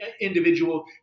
individual